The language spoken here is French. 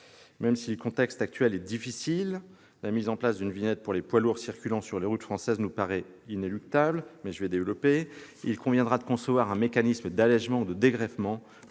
Même si le contexte actuel est difficile, la mise en place d'une vignette pour les poids lourds circulant sur les routes françaises nous paraît inéluctable. Il conviendra de concevoir un mécanisme d'allégement ou de dégrèvement